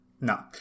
No